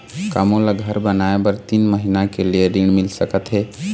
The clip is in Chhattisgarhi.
का मोला घर बनाए बर तीन महीना के लिए ऋण मिल सकत हे?